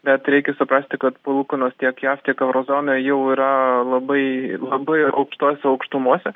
bet reikia suprasti kad palūkanos tiek jav tiek euro zonoj jau yra labai labai aukštose aukštumose